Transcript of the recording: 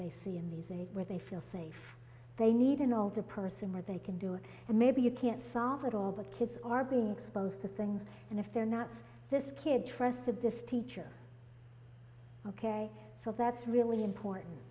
a where they feel safe they need an older person where they can do and maybe you can't solve it all the kids are being exposed to things and if they're not this kid trusted this teacher ok so that's really important